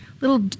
Little